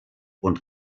und